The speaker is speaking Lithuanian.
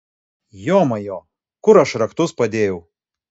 jomajo kur aš raktus padėjau